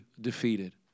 defeated